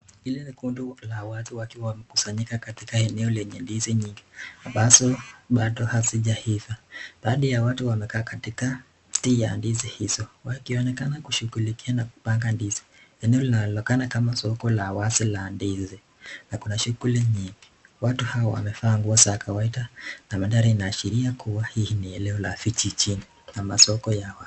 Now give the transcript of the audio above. Hili ni kundi la watu wakiwa wamekusanyika kwenye eneo lenye ndizi nyingi, ambazo Bado hazijaiva . Baadhi ya watu wanaonekana kukaa kwenye